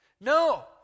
No